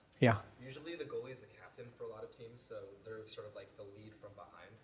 yeah? usually, the goalie is the captain for a lot of teams so they're sort of like the lead from behind.